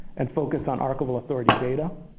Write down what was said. and focus on archival authority data.